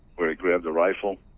where he grabbed a rifle.